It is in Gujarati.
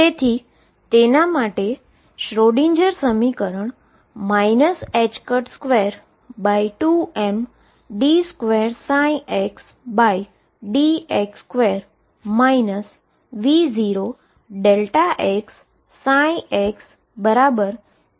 તેથી તેના માટે શ્રોડિંજર સમીકરણ 22md2xdx2 V0xxEψ લઈએ